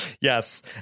Yes